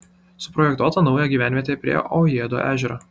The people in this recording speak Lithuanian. suprojektuota nauja gyvenvietė prie aujėdo ežero